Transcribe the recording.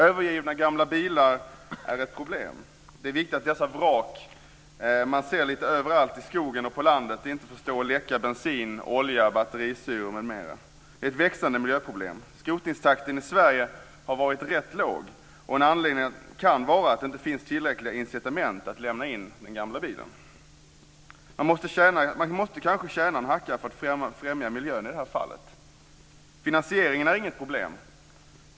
Övergivna gamla bilar är ett problem. Det är viktigt att dessa vrak man ser lite överallt i skogen och på landet inte får stå och läcka bensin, olja, batterisyra m.m. Detta är ett växande miljöproblem. Skrotningstakten i Sverige har varit rätt låg, och en anledning kan vara att det inte finns tillräckliga incitament att lämna in den gamla bilen. Man måste kanske tjäna en hacka för att främja miljön i det här fallet. Finansieringen är inget problem.